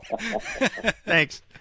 thanks